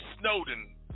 Snowden